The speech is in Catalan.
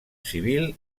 civil